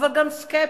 אבל גם סקפטיים,